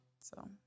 So-